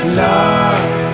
love